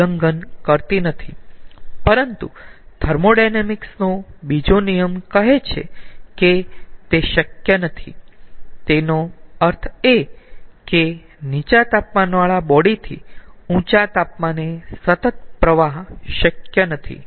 પરંતુ થર્મોોડાયનેમિક્સ નો બીજો નિયમ કહે છે કે તે શક્ય નથી તેનો અર્થ એ કે નીચા તાપમાનવાળા બોડી થી ઊંચા તાપમાને સતત પ્રવાહ શક્ય નથી